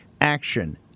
Action